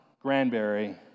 Granberry